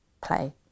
play